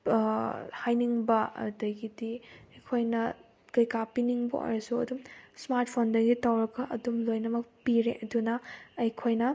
ꯍꯥꯏꯅꯤꯡꯕ ꯑꯗꯨꯗꯒꯤꯗꯤ ꯑꯩꯈꯣꯏꯅ ꯀꯩꯀꯥ ꯄꯤꯅꯤꯡꯕ ꯑꯣꯏꯔꯁꯨ ꯑꯗꯨꯝ ꯏꯁꯃꯥꯔꯠ ꯐꯣꯟꯗꯒꯤ ꯇꯧꯔꯒ ꯑꯗꯨꯝ ꯂꯣꯏꯅꯃꯛ ꯄꯤꯔꯦ ꯑꯗꯨꯅ ꯑꯩꯈꯣꯏꯅ